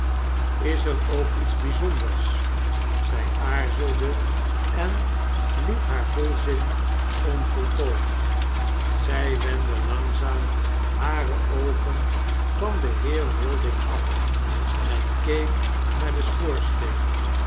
is er ook iets bijzonders zy aarzelde en liet haar volzin onvoltooid zy wendde langzaam hare oogen van den heer wilding af en keek naar den schoorsteen